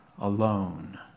alone